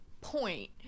point